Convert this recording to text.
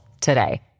today